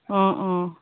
অঁ অঁ